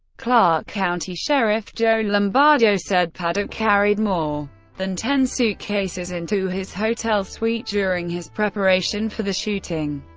clark county sheriff joe lombardo said paddock carried more than ten suitcases into his hotel suite during his preparation for the shooting.